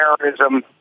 terrorism